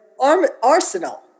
arsenal